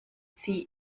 sie